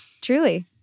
Truly